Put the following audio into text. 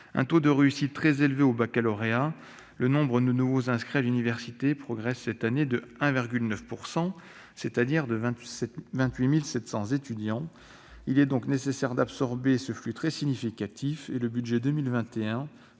un taux de réussite très élevé au baccalauréat, le nombre de nouveaux inscrits à l'université progresse cette année de 1,9 %, soit 28 700 étudiants supplémentaires. Il est nécessaire d'absorber ce flux très significatif. Le budget pour